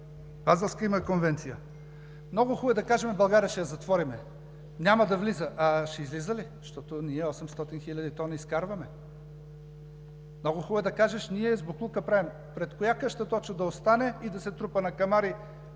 Базелска конвенция. Много е хубаво да кажем: България ще я затворим, няма да влиза, а ще излиза ли? Защото ние 800 хил. тона изкарваме. Много хубаво е да кажеш: ние с боклука какво правим? Пред коя къща точно да остане и да се трупа на камари